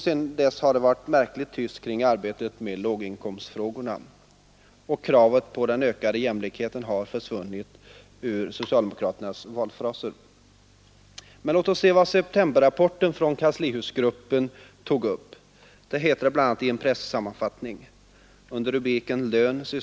Sedan dess har det varit märkligt tyst kring arbetet med låginkomstfrågorna, och kravet på ökad jämlikhet har försvunnit ur socialdemokraternas valfraser. Men låt oss se vad septemberrapporten från kanslihusgruppen tog upp. Så här heter det bl.